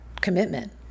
commitment